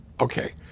Okay